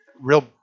real